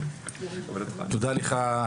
תודה לך,